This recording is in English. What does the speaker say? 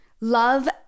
Love